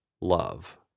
love